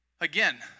again